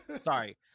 Sorry